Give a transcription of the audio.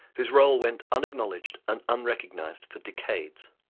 whose role went unacknowledged and unrecognised for decades.